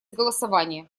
голосования